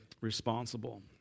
responsible